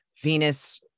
Venus